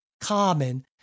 common